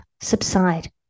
subside